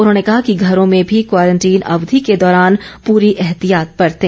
उन्होंने कहा कि घरों में भी क्वारंटीन अवधि के दौरान पूरी एहतियात बरतें